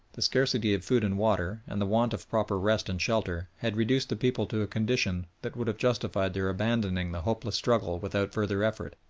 the scarcity of food and water, and the want of proper rest and shelter, had reduced the people to a condition that would have justified their abandoning the hopeless struggle without further effort